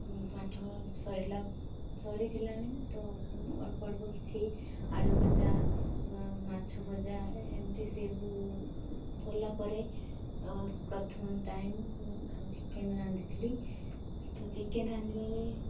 ପାଠ ସରିଲା ସରି ଥିଲାଣି ତ ଅଳ୍ପ ଅଳ୍ପ କିଛି ଆଳୁ ଭଜା ମାଛ ଭଜା ଏମିତି ସବୁ କଲା ପରେ ତ ପ୍ରଥମ ଟାଇମ୍ ଚିକେନ୍ ରାନ୍ଧିଥିଲି ତ ଚିକେନ୍ ରାନ୍ଧିବାରେ